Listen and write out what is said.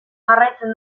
jarraitzen